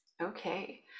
Okay